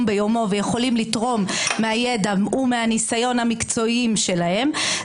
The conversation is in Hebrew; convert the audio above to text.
ביומו ויכולים לתרום מהידע ומהניסיון המקצועיים שלהם.